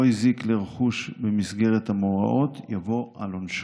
הזיק לרכוש במסגרת המאורעות יבוא על עונשו.